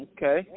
Okay